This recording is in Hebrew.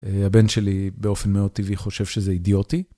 הבן שלי באופן מאוד טבעי חושב שזה אידיוטי.